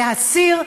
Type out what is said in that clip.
להסיר,